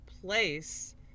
place